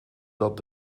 dat